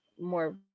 more